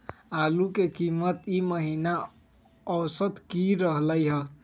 आलू के कीमत ई महिना औसत की रहलई ह?